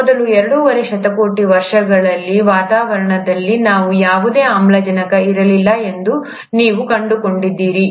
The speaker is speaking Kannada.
ಮೊದಲ ಎರಡೂವರೆ ಶತಕೋಟಿ ವರ್ಷಗಳಲ್ಲಿ ವಾತಾವರಣದಲ್ಲಿ ಯಾವುದೇ ಆಮ್ಲಜನಕ ಇರಲಿಲ್ಲ ಎಂದು ನೀವು ಕಂಡುಕೊಂಡಿದ್ದೀರಿ